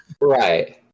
Right